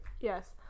Yes